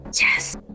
Yes